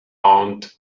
owned